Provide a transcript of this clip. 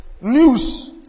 News